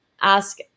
ask